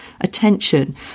attention